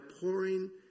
pouring